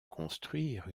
construire